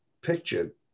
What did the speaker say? picture